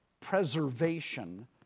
preservation